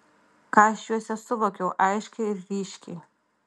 ką aš juose suvokiau aiškiai ir ryškiai